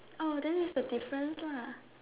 oh then is the difference lah